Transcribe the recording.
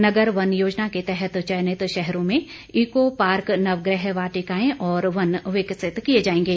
नगर वन योजना के तहत चयनित शहरों में ईको पार्क नवग्रह वाटिकाएं और वन विकसित किए जाएंगे